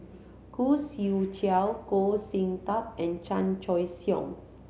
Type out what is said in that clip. Khoo Swee Chiow Goh Sin Tub and Chan Choy Siong